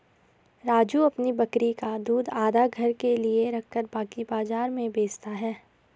राजू अपनी बकरी का दूध आधा घर के लिए रखकर बाकी बाजार में बेचता हैं